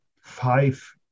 five